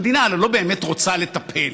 המדינה הרי לא באמת רוצה לטפל.